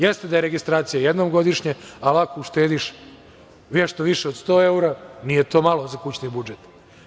Jeste da je registracija jednom godišnje, ali ako uštediš nešto više od 100 evra, nije to malo za kućni budžet.